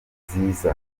nziza